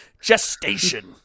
gestation